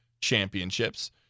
championships